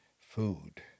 food